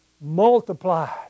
multiplied